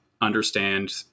understand